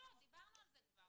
דיברנו על זה כבר,